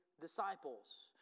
disciples